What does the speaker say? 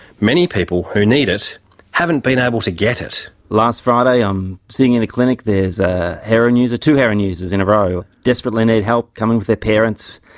many people who need it haven't been able to get it. last friday, i'm sitting in the clinic, there's a heroin user two heroin users in a row desperately need help, come in with their parents.